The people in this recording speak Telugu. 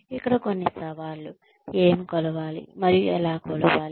ఇక్కడ కొన్ని సవాళ్లు ఏమి కొలవాలి మరియు ఎలా కొలవాలి